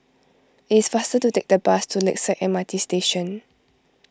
it's faster to take the bus to Lakeside M R T Station